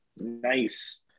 Nice